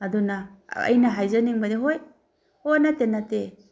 ꯑꯗꯨꯅ ꯑꯩꯅ ꯍꯥꯏꯖꯅꯤꯡꯕꯗꯤ ꯍꯣꯏ ꯑꯣ ꯅꯠꯇꯦ ꯅꯠꯇꯦ